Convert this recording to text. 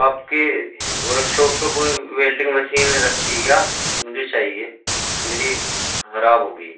آپ کے workshop پہ کوئی ویلڈنگ مشین رکھی ہے کیا مجھے چاہیے میری خراب ہوگئی ہے